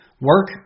Work